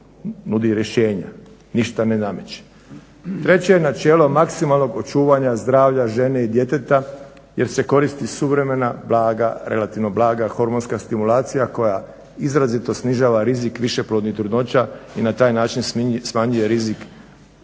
nudi rješenja. Ništa ne nameće. Treće je načelo maksimalnog očuvanja zdravlja žene i djeteta jer se koristi suvremena blaga, relativno blaga hormonska stimulacija koja izrazito snižava rizik višeplodnih trudnoća i na taj način smanjuje rizik